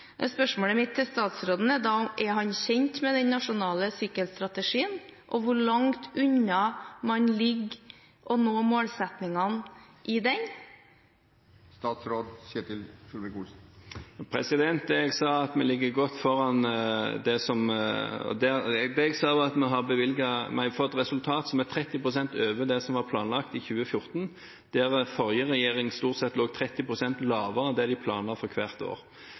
Spørsmålet mitt til statsråden er da: Er han kjent med den nasjonale sykkelstrategien? Og: Hvor langt unna ligger man å nå målsettingene i den? Det jeg sa, var at vi har fått et resultat som er 30 pst. over det som var planlagt i 2014, der forrige regjering stort sett lå 30 pst. lavere enn det de planla for hvert år.